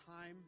time